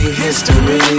history